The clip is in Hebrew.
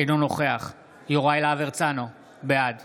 אינו נוכח יוראי להב הרצנו, בעד